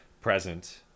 present